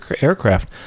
aircraft